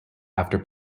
after